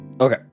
Okay